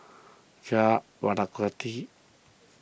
Jah Lelawati